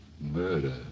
murder